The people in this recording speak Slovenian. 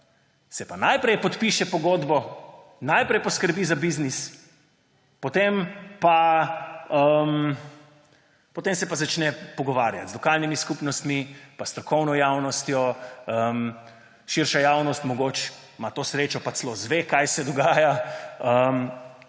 se pa najprej podpiše pogodbo, najprej poskrbi za biznis, potem se pa začne pogovarjati z lokalnimi skupnostmi pa s strokovno javnostjo, širša javnost ima mogoče to srečo pa celo izve, kaj se dogaja.